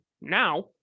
now